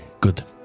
Good